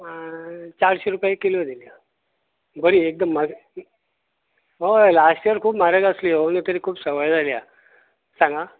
चारशी रुपया किलो दिल्या बरी एकदम हय लास्ट इयर खूब म्हारग आसली अंदू तरी खूब सवाय जाल्या सांगा